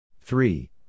Three